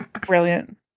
Brilliant